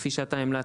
כפי שאתה המלצת,